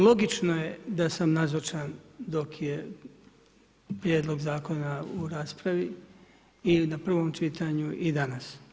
Logično je da sam nazočan dok je Prijedlog zakona u raspravi i na prvom čitanju i danas.